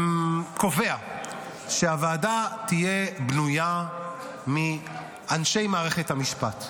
קובע שהוועדה תהיה בנויה מאנשי מערכת המשפט.